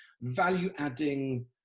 value-adding